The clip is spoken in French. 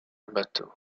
bateau